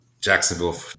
Jacksonville